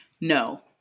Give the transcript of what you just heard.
No